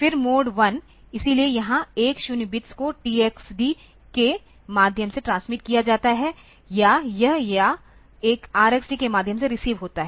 फिर मोड 1 इसलिए यहां 10 बिट्स को TxD के माध्यम से ट्रांसमिट किया जाता है या यह या एक RxD के माध्यम से रिसीव होता है